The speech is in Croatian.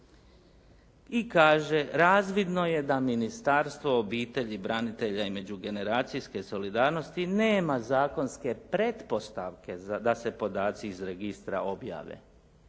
i kaže: "Razvidno je da Ministarstvo obitelji, branitelja i međugeneracijske solidarnosti nema zakonske pretpostavke da se podaci iz registra objave."